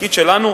התפקיד שלנו,